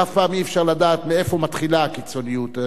ואף פעם אי-אפשר לדעת מאיפה מתחילה הקיצוניות.